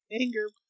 anger